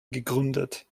gegründet